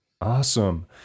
Awesome